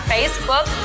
Facebook